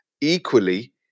Equally